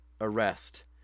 arrest